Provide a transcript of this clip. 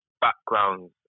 background